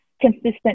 consistent